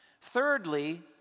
Thirdly